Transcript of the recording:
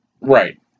Right